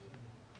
מצד אחד